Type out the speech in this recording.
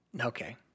Okay